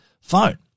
phone